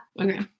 Okay